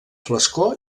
flascó